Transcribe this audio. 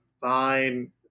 fine